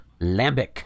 Lambic